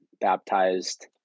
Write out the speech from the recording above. baptized